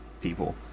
people